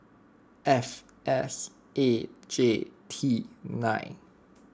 F S A J T nine